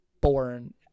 born